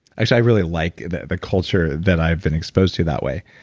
i really like the the culture that i've been exposed to that way.